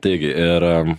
taigi ir